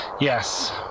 Yes